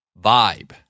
Vibe